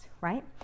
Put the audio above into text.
right